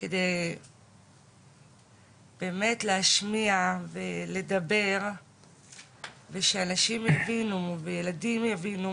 כדי באמת להשמיע ולדבר ושאנשים יבינו וילדים יבינו